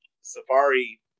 Safari